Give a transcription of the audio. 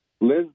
Liz